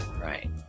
Right